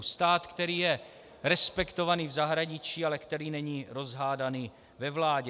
Stát, který je respektovaný v zahraničí, ale který není rozhádaný ve vládě.